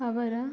ಅವರ